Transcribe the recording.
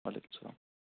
وعلیکُم السلام